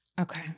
okay